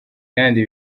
kandi